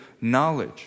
knowledge